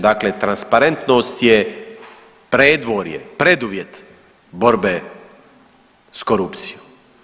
Dakle, transparentnost je predvorje, preduvjet borbe s korupcijom.